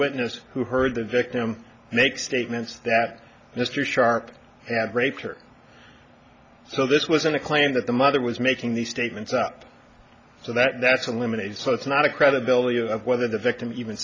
witness who heard the victim make statements that mr sharp had raped her so this wasn't a claim that the mother was making these statements up so that's a limit so it's not a credibility that whether the victim even